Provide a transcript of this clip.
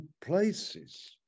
places